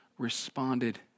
responded